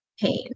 pain